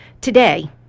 Today